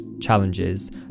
challenges